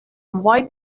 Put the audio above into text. why